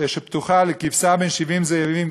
שפתוחה לכבשה בין 70 זאבים,